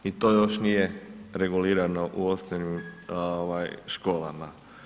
I to još nije regulirano u osnovnim školama.